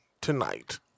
tonight